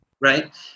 right